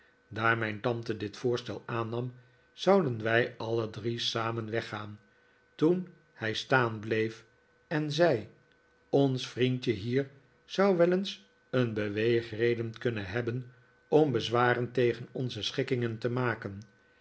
daar mijn tante dit voorstel aannam zouden wij alle drie samen weggaan toen hij staan bleef en zei ons vriendje hier zou wel eens een beweegreden kunnen hebben om bezwaren tegen onze schikkingen te maken